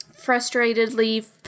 frustratedly